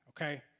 Okay